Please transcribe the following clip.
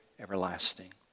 everlasting